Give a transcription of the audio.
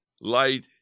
light